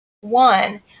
one